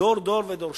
דור דור ודורשיו.